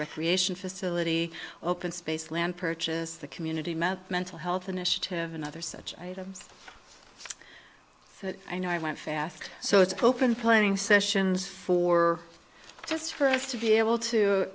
recreation facility open space land purchase the community mental health initiative and other such items so i know i want fast so it's open planning sessions for just for us to be able to